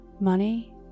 Money